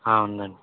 ఉందండి